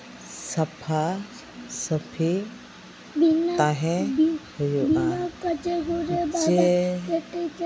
ᱥᱟᱯᱷᱟᱼᱥᱟᱹᱯᱷᱤ ᱛᱟᱦᱮᱸ ᱦᱩᱭᱩᱜᱼᱟ ᱥᱮ